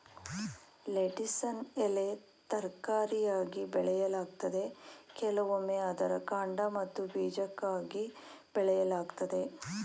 ಲೆಟಿಸನ್ನು ಎಲೆ ತರಕಾರಿಯಾಗಿ ಬೆಳೆಯಲಾಗ್ತದೆ ಕೆಲವೊಮ್ಮೆ ಅದರ ಕಾಂಡ ಮತ್ತು ಬೀಜಕ್ಕಾಗಿ ಬೆಳೆಯಲಾಗ್ತದೆ